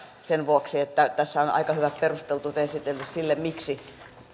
sen vuoksi että tässä on aika hyvät perustelut esitetty sille miksi